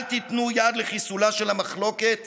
אל תיתנו יד לחיסולה של המחלוקת